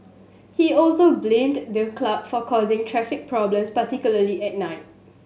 he also blamed the club for causing traffic problems particularly at night